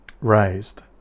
Raised